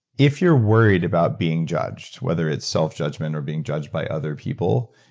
if you're worried about being judged, whether it's self judgment or being judged by other people,